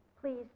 Please